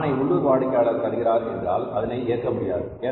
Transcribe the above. இந்த ஆணை உள்ளூர் வாடிக்கையாளர் தருகிறார் என்றால் அதனை ஏற்க முடியாது